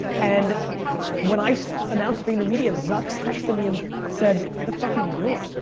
and when i so announced vaynermedia zucks texted me and said, the fuck are you doing?